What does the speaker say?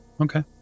Okay